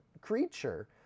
creature